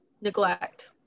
neglect